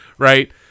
Right